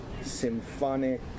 symphonic